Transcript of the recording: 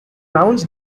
nouns